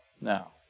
Now